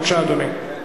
בבקשה, אדוני.